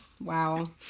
wow